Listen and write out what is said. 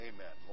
Amen